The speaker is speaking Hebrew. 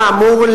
כאמור,